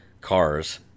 cars